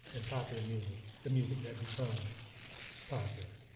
and popular music the music that becomes popular.